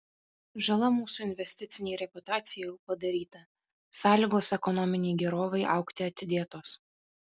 žala mūsų investicinei reputacijai jau padaryta sąlygos ekonominei gerovei augti atidėtos